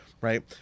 right